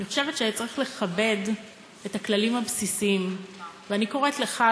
אני חושבת שצריך לכבד את הכללים הבסיסיים ואני קוראת לך,